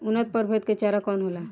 उन्नत प्रभेद के चारा कौन होला?